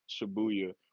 Shibuya